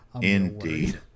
Indeed